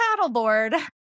paddleboard